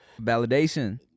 Validation